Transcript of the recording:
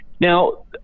Now